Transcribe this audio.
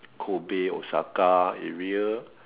Kobe Osaka area